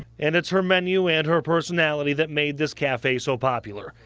and it's her menu and her personality that made this cafe so popular.